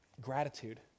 gratitude